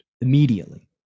immediately